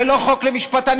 זה לא חוק למשפטנים,